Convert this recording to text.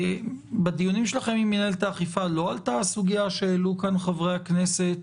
בדיונים שלכם עם מינהלת האכיפה לא עלתה הסוגיה שהעלו כאן חברי הכנסת